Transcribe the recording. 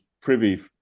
privy